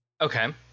Okay